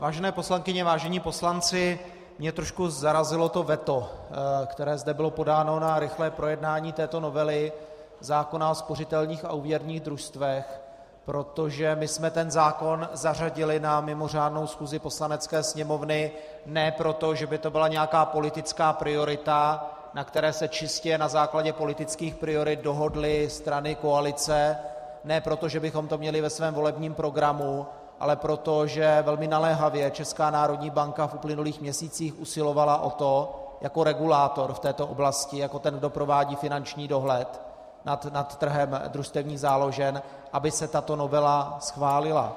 Vážené poslankyně, vážení poslanci, mě trošku zarazilo to veto, které zde bylo podáno na rychlé projednání této novely zákona o spořitelních a úvěrních družstvech, protože my jsme ten zákon zařadili na mimořádnou schůzi Poslanecké sněmovny ne proto, že by to byla nějaká politická priorita, na které se čistě na základě politických priorit dohodly strany koalice, ne proto, že bychom to měli ve svém volebním programu, ale proto, že velmi naléhavě Česká národní banka v uplynulých měsících usilovala o to jako regulátor v této oblasti, jako ten, kdo provádí finanční dohled nad trhem družstevních záložen, aby se tato novela schválila.